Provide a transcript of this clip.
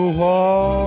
walk